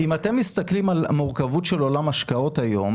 מסתכלים על המורכבות של עולם השקעות היום,